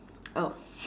oh